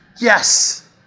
Yes